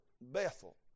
Bethel